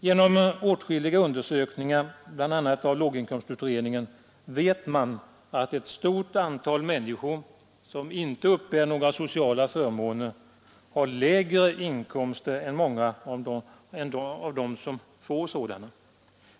Genom åtskilliga undersökningar — bl.a. låginkomstutredningen — vet man att ett stort antal människor som inte uppbär några sociala förmåner har lägre inkomst än många av dem som får sådana.